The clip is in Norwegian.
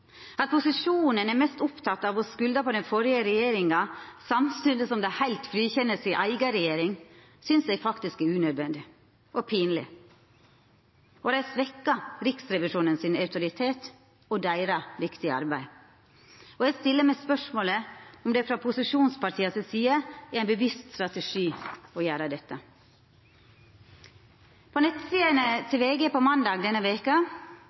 At posisjonen er mest oppteken av å skulda på den førre regjeringa, samstundes som dei heilt frikjenner si eiga regjering, synest eg er unødvendig og pinleg. Det svekkjer Riksrevisjonens autoritet og deira viktige arbeid. Eg stiller meg spørsmålet om det frå posisjonspartia si side er ein bevisst strategi å gjera dette. På nettsidene til VG på måndag denne veka